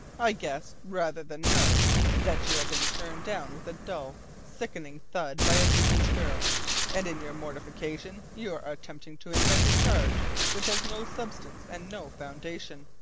i guess rather than know that you have been turned down with a dull, sickening thud by a decent girl and in your mortification you are attempting to invent a charge which has no substance and no foundation.